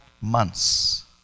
months